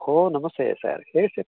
ಹೋ ನಮಸ್ತೆ ಸರ್ ಹೇಳಿ ಸರ್